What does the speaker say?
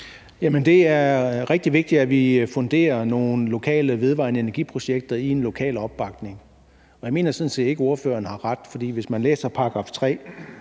det er rigtig vigtigt, at vi funderer nogle lokale vedvarende energi-projekter på en lokal opbakning. Jeg mener sådan set ikke, at ordføreren har ret, for hvis man læser § 3